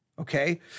Okay